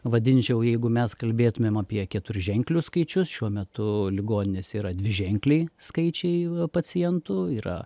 vadinčiau jeigu mes kalbėtumėm apie keturženklius skaičius šiuo metu ligoninėse yra dviženkliai skaičiai pacientų yra